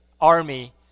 army